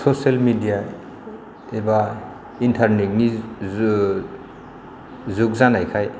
social media एबा इन्टारनेटनि जुग जानायखाय